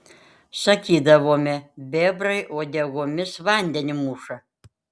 sakydavome bebrai uodegomis vandenį muša